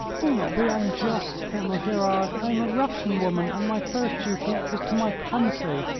do not be unjust, colonel gerard. i am a russian woman, and my first duty is to my country.